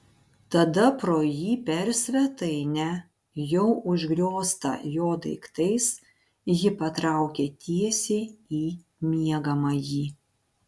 tada pro jį per svetainę jau užgrioztą jo daiktais ji patraukė tiesiai į miegamąjį